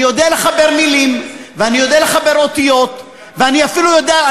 אני יודע לחבר מילים ואני יודע לחבר אותיות ואני אפילו יודע,